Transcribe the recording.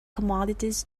commodities